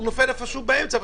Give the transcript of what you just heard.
והוא נופל איפשהו באמצע.